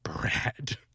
bread